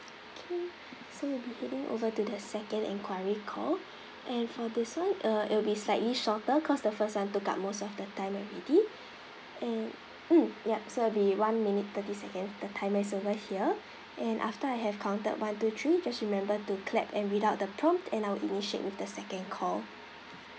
K so we'll be heading over to the second inquiry call and for this [one] uh it'll be slightly shorter cause the first one took up most of the time already and mm yup so it'll be one minute thirty second the timer is over here and after I have counted one two three just remember to clap and read out the prompt and I will initiate with the second call